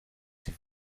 sie